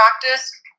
practice